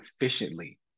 efficiently